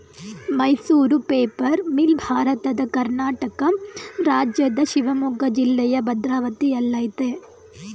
Mysuru paper mill ಭಾರತದ ಕರ್ನಾಟಕ ರಾಜ್ಯದ ಶಿವಮೊಗ್ಗ ಜಿಲ್ಲೆಯ ಭದ್ರಾವತಿಯಲ್ಲಯ್ತೆ